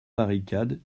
barricade